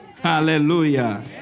hallelujah